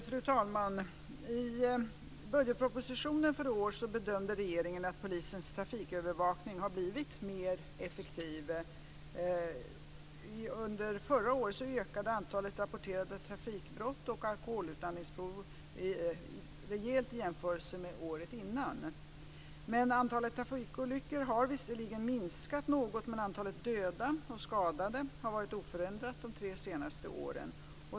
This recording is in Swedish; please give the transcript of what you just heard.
Fru talman! I budgetpropositionen för i år bedömde regeringen att polisens trafikövervakning har blivit mer effektiv. Under förra året ökade antalet rapporterade trafikbrott och alkoholutandningsprov rejält i jämförelse med året innan. Antalet trafikolyckor har visserligen minskat något, men antalet dödade och skadade har varit oförändrat de tre senaste åren.